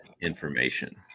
information